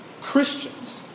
Christians